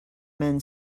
men